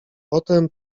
potem